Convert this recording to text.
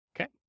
Okay